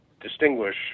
distinguish